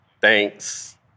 thanks